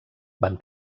van